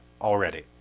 already